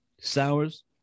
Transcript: sours